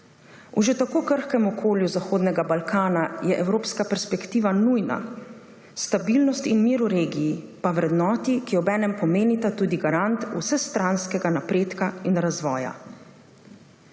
V že tako krhkem okolju Zahodnega Balkana je evropska perspektiva nujna, stabilnost in mir v regiji pa vrednoti, ki obenem pomenita tudi garant vsestranskega napredka in razvoja.